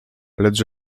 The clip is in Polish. lecz